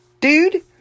dude